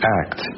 act